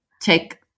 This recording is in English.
take